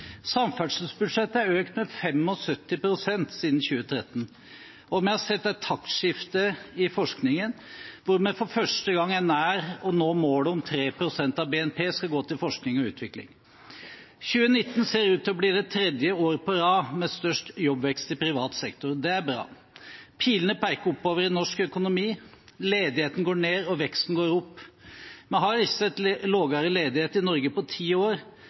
Samferdselsbudsjettet er økt med 75 pst. siden 2013. Og vi har sett et taktskifte i forskningen, hvor vi for første gang er nær å nå målet om at 3 pst. av BNP skal gå til forskning og utvikling. 2019 ser ut til å bli tredje år på rad med størst jobbvekst i privat sektor. Det er bra. Pilene peker oppover i norsk økonomi. Ledigheten går ned, og veksten går opp. Vi har ikke sett lavere ledighet i Norge på ti år,